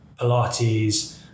Pilates